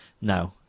No